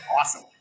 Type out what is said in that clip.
Awesome